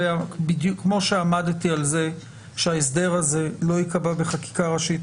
כמו שעמדתי על זה שההסדר הזה לא ייקבע בחקיקה ראשית,